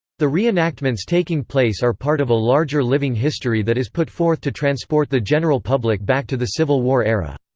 the reenactments taking place are part of a larger living history that is put forth to transport the general public back to the civil war era.